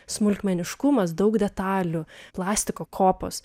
smulkmeniškumas daug detalių plastiko kopos